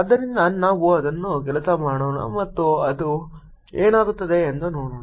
ಆದ್ದರಿಂದ ನಾವು ಅದನ್ನು ಕೆಲಸ ಮಾಡೋಣ ಮತ್ತು ಅದು ಏನಾಗುತ್ತದೆ ಎಂದು ನೋಡೋಣ